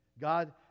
God